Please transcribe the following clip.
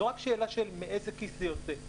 זו רק שאלה של מאיזה כיס זה יוצא.